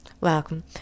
welcome